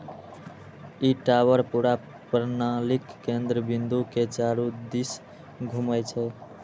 ई tower पूरा प्रणालीक केंद्र बिंदु के चारू दिस घूमै छै